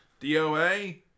DOA